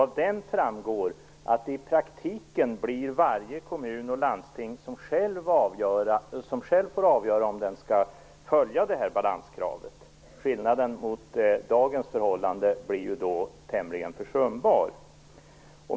Av den framgår att i praktiken får varje kommun och landsting själv avgöra om den skall följa det här balanskravet. Skillnaden mot dagens förhållande blir tämligen försumbar.